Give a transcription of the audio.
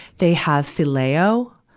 they have phileo,